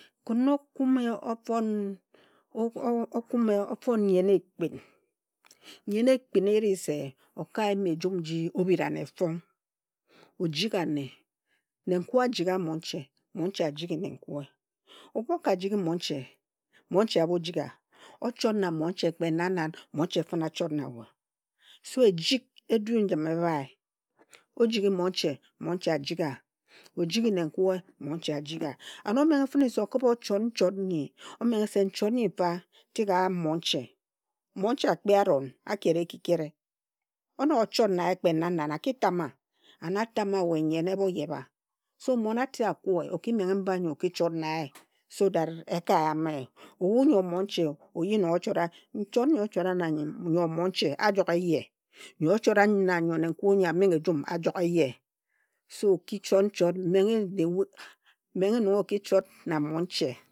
Kin okume ofon nyen ekpin, nyen ekpin eri se oka yim ejum nji obhirane fong. Ojighane, nenkue ajigha monche monche ajighi nenkue. Ebhu oka jighi monche, monche amo jigha, ochot na monche kpe nan nan, monche fine achot na we. So ejik edu njun ebhae. Ojighi monche, monche ajigha. Ojighi nenkue, monche ajigha. And omengh fine se okhibha ochot nyi, omenghe se nchot nyi fa tig ayam monche. Monche akpi aron, a kera-ekikere, onog ochot na ye kpe nan nan, a ki tamma. And a tam ma we nyen, emoyebha. So mon ate akue o ki menghe mba nyi o ki chot na ye so that eka yam ye. Ebhu nyo monche oyi nong ochora, nchot nyi ochora na nyo monche a jog eye. Nyi ochora nanyo nenkue nyo amenghe ejum a jog eye. So ok chot nchot menghe the way, menghe nong oki chot na monche.